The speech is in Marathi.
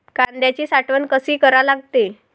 कांद्याची साठवन कसी करा लागते?